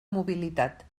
mobilitat